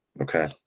okay